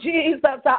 Jesus